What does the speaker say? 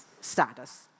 status